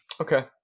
Okay